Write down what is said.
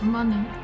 Money